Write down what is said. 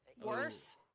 Worse